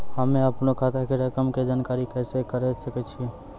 हम्मे अपनो खाता के रकम के जानकारी कैसे करे सकय छियै?